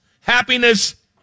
happiness